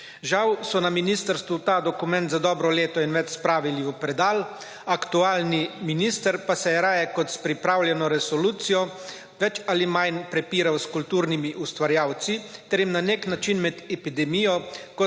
Žal so na ministrstvu ta dokument za dobro leto in več spravili v predal, aktualni minister pa se je raje kot s pripravljeno resolucijo več ali manj prepiral s kulturnimi ustvarjalci ter jim na nek način med epidemijo, ko se je